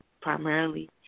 primarily